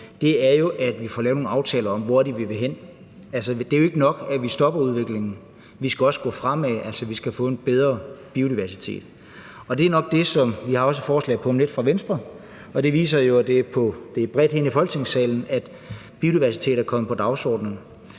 – er jo, at vi får lavet nogle aftaler om, hvor det er, vi vil hen. Det er jo ikke nok, at vi stopper udviklingen. Vi skal også gå fremad og altså få en bedre biodiversitet. Vi har også et forslag på om det fra Venstre om lidt, og det viser jo, at det er bredt herinde i Folketingssalen, at biodiversitet er kommet på dagsordenen.